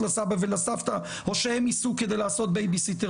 על בסיס מעט מאוד